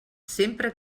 sempre